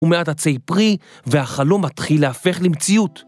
ומעט עצי פרי והחלום מתחיל לההפך למציאות.